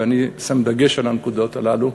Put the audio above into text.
ואני שם דגש על הנקודות האלה,